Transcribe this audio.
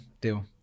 deal